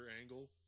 angle